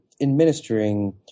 administering